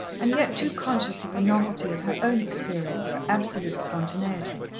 and yet too conscious of the novelty of her own experience for absolute spontaneity.